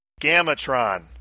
Gamatron